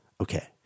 Okay